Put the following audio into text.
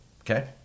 okay